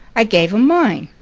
i gave him mine.